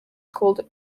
called